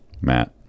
Matt